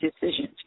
decisions